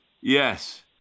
Yes